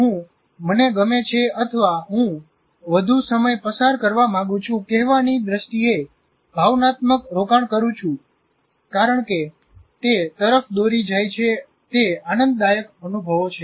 હું મને ગમે છે અથવા હું વધુ સમય પસાર કરવા માંગુ છું કહેવાની દ્રષ્ટિએ ભાવનાત્મક રોકાણ કરું છું કારણ કે તે તરફ દોરી જાય છે તે આનંદદાયક અનુભવો છે